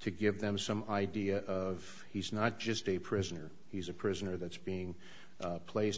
to give them some idea of he's not just a prisoner he's a prisoner that's being placed